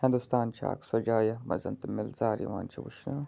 ہنٛدوستان چھِ اَکھ سۄ جاے ییٚتھ منٛز تہٕ مِلہٕ ژار یِوان چھُ وُچھنہٕ